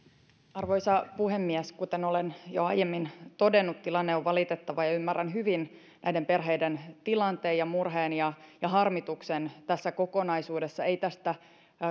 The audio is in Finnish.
arvoisa puhemies kuten olen jo aiemmin todennut tilanne on valitettava ja ymmärrän hyvin näiden perheiden tilanteen ja murheen ja ja harmituksen tässä kokonaisuudessa ei